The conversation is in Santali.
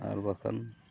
ᱟᱨ ᱵᱟᱠᱷᱟᱱ